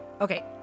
Okay